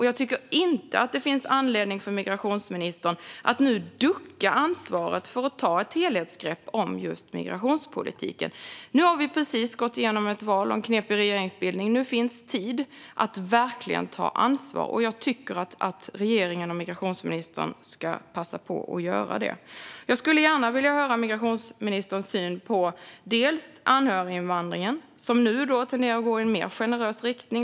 Jag tycker inte heller att det finns anledning för migrationsministern att nu ducka för ansvaret att ta ett helhetsgrepp om just migrationspolitiken. Vi har precis gått igenom ett val och en knepig regeringsbildning. Nu finns det tid att verkligen ta ansvar, och jag tycker att regeringen och migrationsministern ska passa på att göra det. Jag vill gärna höra om migrationsministerns syn på anhöriginvandringen, som nu tenderar att gå i en mer generös riktning.